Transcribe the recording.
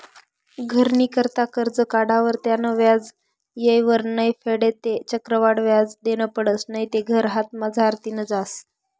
घरनी करता करजं काढावर त्यानं व्याज येयवर नै फेडं ते चक्रवाढ व्याज देनं पडसं नैते घर हातमझारतीन जास